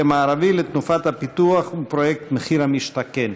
המערבי לתנופת הפיתוח ולפרויקט מחיר למשתכן.